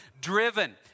driven